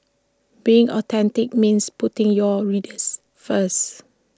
being authentic means putting your readers first